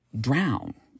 drown